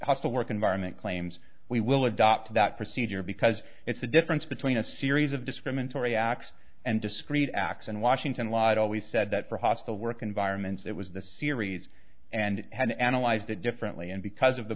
hostile work environment claims we will adopt that procedure because it's the difference between a series of discriminatory acts and discrete acts and washington lot always said that for hostile work environments it was the series and had analyzed it differently and because of the